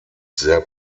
sehr